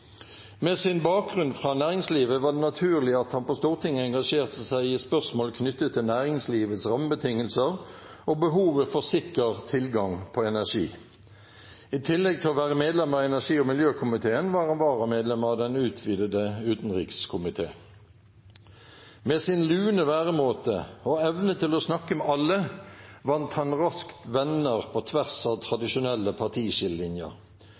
Med sin bakgrunn fra næringslivet var det naturlig at han på Stortinget engasjerte seg i spørsmål knyttet til næringslivets rammebetingelser og behovet for sikker tilgang på energi. I tillegg til å være medlem av energi- og miljøkomiteen var han varamedlem i den utvidete utenrikskomiteen. Med sin lune væremåte og evne til å snakke med alle vant han raskt venner på tvers av